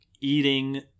eating